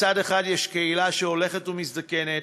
מצד אחד יש קהילה שהולכת ומזדקנת,